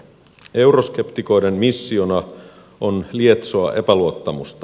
euroskeptikoiden missiona on lietsoa epäluottamusta